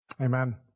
Amen